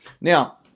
Now